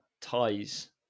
ties